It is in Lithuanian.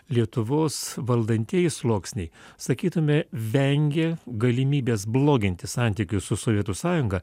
lietuvos valdantieji sluoksniai sakytume vengė galimybės bloginti santykius su sovietų sąjunga